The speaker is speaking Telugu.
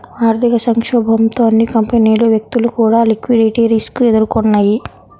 ఆర్థిక సంక్షోభంతో అన్ని కంపెనీలు, వ్యక్తులు కూడా లిక్విడిటీ రిస్క్ ఎదుర్కొన్నయ్యి